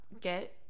get